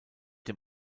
dem